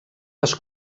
les